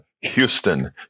Houston